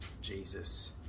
Jesus